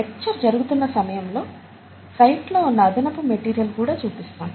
lecture జరుగుతున్న సమయం లో సైట్ లో ఉన్న అదనపు మెటీరియల్ కూడా చూపిస్తాం